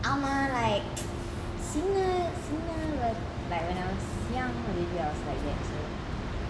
அவங்க:avanga like like when I was young maybe I was like that also